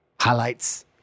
highlights